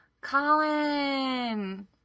Colin